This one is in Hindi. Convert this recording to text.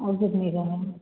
वह कितने का है